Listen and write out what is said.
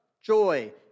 joy